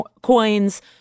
coins